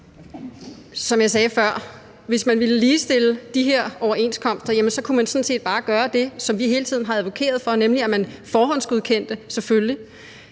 Som jeg sagde før, kunne man, hvis man ville ligestille de her overenskomster, sådan set bare gøre det, som vi hele tiden har advokeret for, nemlig at man selvfølgelig